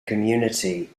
community